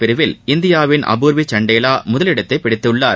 பிரிவில் இந்தியாவின் அபூர்வி சண்டேலா முதலிடத்தை பிடித்துள்ளார்